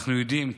שאנחנו יודעים,